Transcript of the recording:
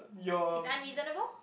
is unreasonable